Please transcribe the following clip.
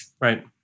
Right